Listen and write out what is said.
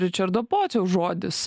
ričardo pociaus žodis